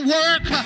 work